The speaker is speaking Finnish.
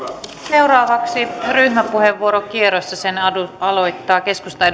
seuraavaksi ryhmäpuheenvuorokierros ja sen aloittaa keskustan